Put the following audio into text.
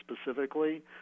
specifically